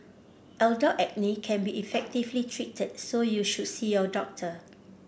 adult acne can be effectively treated so you should see your doctor